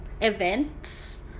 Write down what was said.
events